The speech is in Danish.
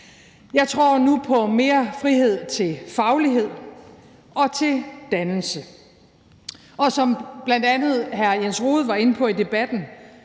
Jeg tror nu på mere frihed til faglighed og til dannelse og – som bl.a. hr. Jens Rohde var inde på i debatten